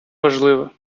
важливе